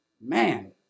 man